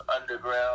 underground